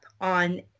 on